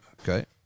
Okay